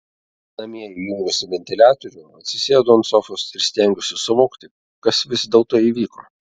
namie įjungusi ventiliatorių atsisėdu ant sofos ir stengiuosi suvokti kas vis dėlto įvyko